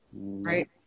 right